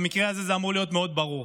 והמקרה הזה, זה אמור להיות מאוד ברור.